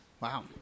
Wow